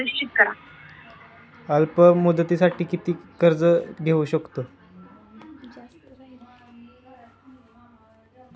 अल्प मुदतीसाठी किती जास्त कर्ज घेऊ शकतो?